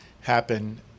happen